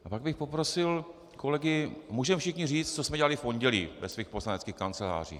A pak bych poprosil kolegy můžeme všichni říct, co jsme dělali v pondělí ve svých poslaneckých kancelářích.